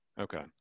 Okay